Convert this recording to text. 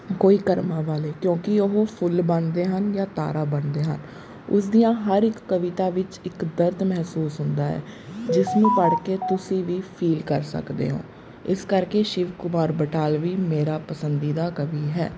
ਕੋਈ ਕਰਮਾਂ ਵਾਲੇ ਕਿਉਂਕਿ ਉਹ ਫੁੱਲ ਬਣਦੇ ਹਨ ਜਾਂ ਤਾਰਾ ਬਣਦੇ ਹਨ ਉਸਦੀ ਹਰ ਇੱਕ ਕਵਿਤਾ ਵਿੱਚ ਇੱਕ ਦਰਦ ਮਹਿਸੂਸ ਹੁੰਦਾ ਹੈ ਜਿਸ ਨੂੰ ਪੜ੍ਹ ਕੇ ਤੁਸੀਂ ਵੀ ਫੀਲ ਕਰ ਸਕਦੇ ਹੋ ਇਸ ਕਰਕੇ ਸ਼ਿਵ ਕੁਮਾਰ ਬਟਾਲਵੀ ਮੇਰਾ ਪਸੰਦੀਦਾ ਕਵੀ ਹੈ